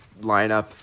lineup